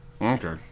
Okay